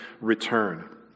return